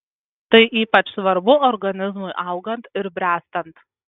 tai ypač svarbu organizmui augant ir bręstant